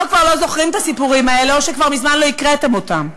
או כבר לא זוכרים את הסיפורים האלה או שכבר מזמן לא הקראתם אותם.